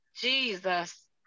Jesus